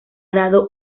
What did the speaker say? dado